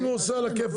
אם הוא עושה, על הכיפאק.